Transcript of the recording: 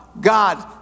God